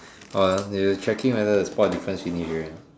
err you checking whether the spot difference finish already or not